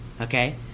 okay